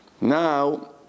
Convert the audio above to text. Now